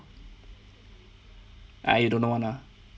ah you don't know [one] lah